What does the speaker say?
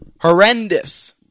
Horrendous